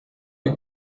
wie